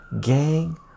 gang